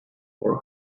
for